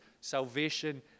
salvation